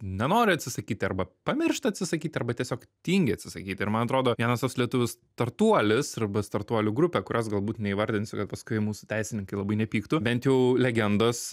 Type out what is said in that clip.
nenori atsisakyti arba pamiršta atsisakyti arba tiesiog tingi atsisakyti ir man atrodo vienas toks lietuvių startuolis arba startuolių grupė kurios galbūt neįvardinsiu kad paskui mūsų teisininkai labai nepyktų bent jau legendos